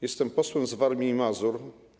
Jestem posłem z Warmii i Mazur.